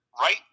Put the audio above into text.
right